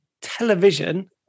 television